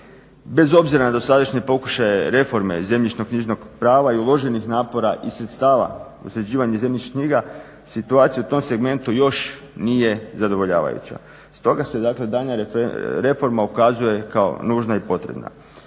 Bez obzira na dosadašnje pokušaje reforme zemljišnoknjižnog prava i uloženih napora i sredstava u sređivanje zemljišnih knjiga, situacija u tom segmentu još nije zadovoljavajuća. Stoga se daljnja reforma ukazuje kao nužna i potrebna.